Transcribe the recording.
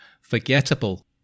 forgettable